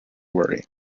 worry